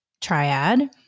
triad